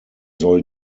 soll